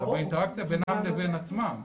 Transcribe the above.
אלא גם באינטראקציה בינם לבין עצמם.